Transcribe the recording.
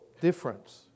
difference